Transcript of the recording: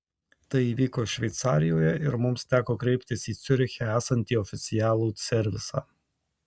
tai įvyko šveicarijoje ir mums teko kreiptis į ciuriche esantį oficialų servisą